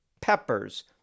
peppers